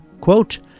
Quote